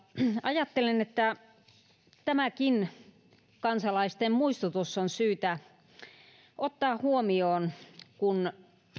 ajattelen että tämäkin kansalaisten muistutus on syytä ottaa huomioon kun